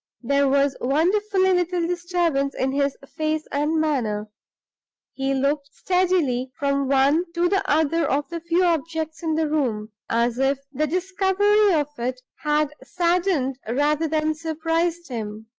there was wonderfully little disturbance in his face and manner he looked steadily from one to the other of the few objects in the room, as if the discovery of it had saddened rather than surprised him.